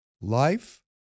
Life